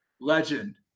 Legend